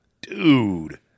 dude